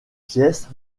pièces